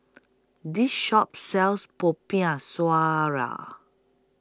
This Shop sells Popiah Sayur